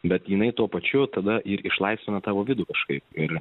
bet jinai tuo pačiu tada ir išlaisvina tavo vidų kažkaip ir